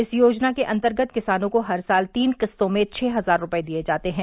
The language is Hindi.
इस योजना के अन्तर्गत किसानों को हर साल तीन किस्तों में छह हजार रूपये दिये जाते हैं